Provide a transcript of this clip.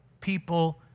people